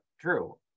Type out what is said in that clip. true